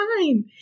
time